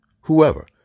whoever